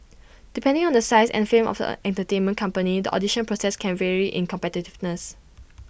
depending on the size and fame of the entertainment company the audition process can vary in competitiveness